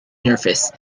nervous